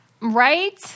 Right